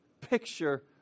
picture